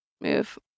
move